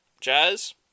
jazz